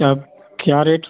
तब क्या रेट